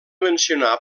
mencionar